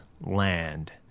Land